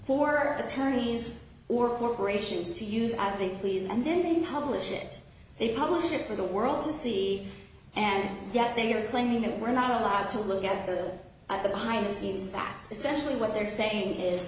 for attorneys or corporations to use as they please and then they publish it they publish it for the world to see and yet they are claiming that we're not allowed to look at the behind the scenes past the century what they're saying is